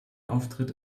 auftritt